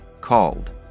called